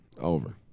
Over